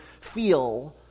feel